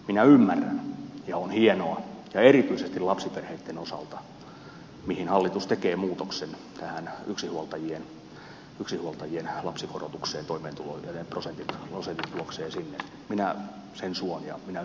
minä ymmärrän ja on hienoa ja erityisesti lapsiperheitten osalta että hallitus tekee muutoksen tähän yksinhuoltajien lapsikorotukseen toimeentulo ja ne prosentit juoksevat sinne minä sen suon ja minä ymmärrän erittäin hyvin että tämmöinen muutos tehdään